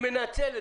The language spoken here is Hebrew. היא מנצלת.